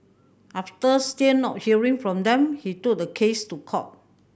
after still not hearing from them he took the case to court